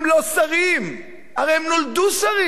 הרי הם נולדו שרים, הם צריכים גם למות שרים.